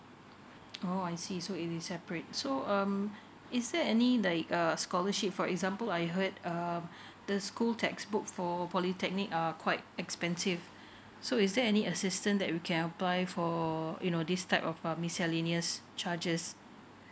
oh I see so it is separate so um is there any like err scholarship for example I heard um the school textbook for polytechnic are quite expensive so is there any assistance that we can apply for you know this type of uh miscellaneous charges